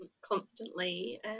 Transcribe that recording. constantly